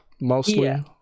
mostly